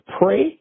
pray